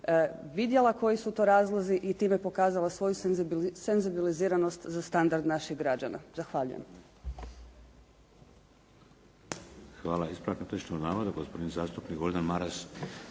vidjela koji su to razlozi i time pokazala svoju senzibiliziranost za standard naših građana. Zahvaljujem.